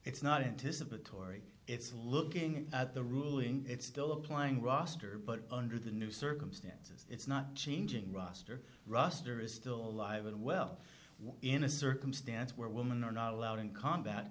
it's not anticipate torrie it's looking at the ruling it's still applying roster but under the new circumstances it's not changing roster roster is still alive and well in a circumstance where women are not allowed in combat